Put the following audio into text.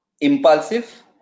impulsive